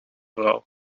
vrouw